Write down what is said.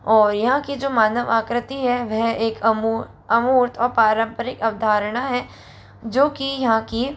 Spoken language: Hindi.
और यहाँ के जो मानव आकृति है वह एक अमूर्त और पारम्परिक अवधारणा हैं जो कि यहाँ की